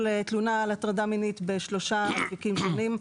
תלונה על הטרדה מינית בשלושה אפיקים שונים,